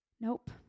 Nope